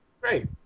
great